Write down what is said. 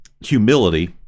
humility